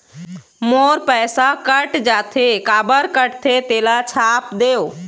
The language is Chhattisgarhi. मोर पैसा कट जाथे काबर कटथे तेला छाप देव?